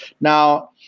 Now